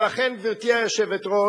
לכן, גברתי היושבת-ראש,